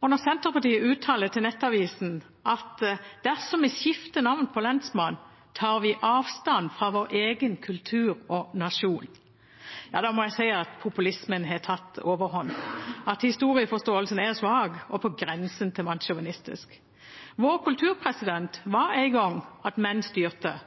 Når Senterpartiet uttaler til Nettavisen at dersom vi skifter navn fra «lensmann», tar vi «avstand fra vår egen kultur og nasjon», må jeg si at populismen har tatt overhånd, og at historieforståelsen er svak og på grensen til mannssjåvinistisk. Vår kultur var en gang at menn styrte: